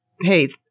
Hey